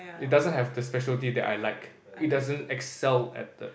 it doesn't have the specialty that I liked it doesn't excel at the